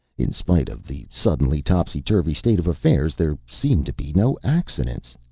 in spite of the suddenly topsyturvy state of affairs there seemed to be no accidents.